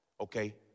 okay